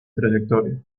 trayectoria